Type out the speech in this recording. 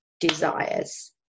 desires